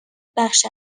بخش